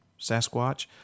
Sasquatch